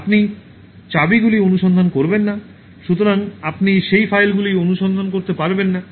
আপনি চাবিগুলি অনুসন্ধান করবেন না সুতরাং আপনি সেই ফাইলগুলি অনুসন্ধান করতে পারবেন না